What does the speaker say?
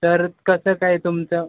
तर कसं काय तुमचं